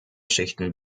schichten